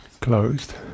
closed